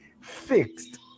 fixed